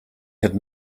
had